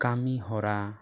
ᱠᱟᱹᱢᱤ ᱦᱚᱨᱟ